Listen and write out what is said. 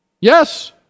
Yes